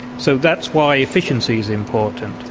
so that's why efficiency is important.